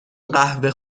قهوه